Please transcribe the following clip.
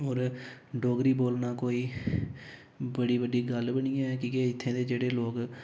ओर डोगरी बोलना कोई बड़ी बड्डी गल्ल बी नी ऐ कि के इत्थें ते जेह्ड़े लोक